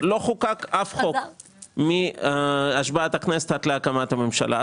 לא חוקק אף חוק מאז השבעת הכנסת עד להקמת הממשלה.